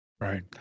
Right